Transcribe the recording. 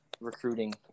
recruiting